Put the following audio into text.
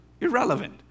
Irrelevant